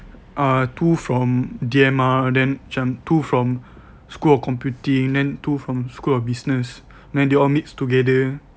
uh two from D_M_R then macam two from school of computing and two from school of business then they all mix together